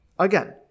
Again